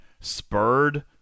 spurred